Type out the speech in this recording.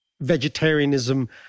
Vegetarianism